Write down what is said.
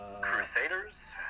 Crusaders